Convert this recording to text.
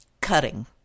cutting